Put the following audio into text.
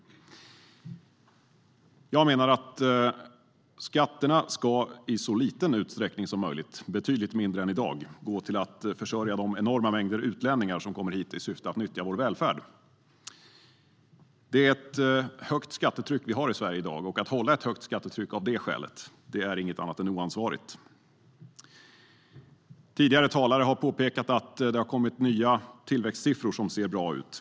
Jag menar att skatterna i så liten utsträckning som möjligt - betydligt mindre än i dag - ska gå till att försörja de enorma mängder utlänningar som kommer hit i syfte att nyttja vår välfärd. Vi har ett högt skattetryck i Sverige i dag, och att hålla ett högt tryck av det skälet är ingenting annat än oansvarigt. Tidigare talare har påpekat att det har kommit nya tillväxtsiffror som ser bra ut.